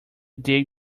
dig